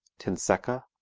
tinseca,